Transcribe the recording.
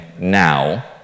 now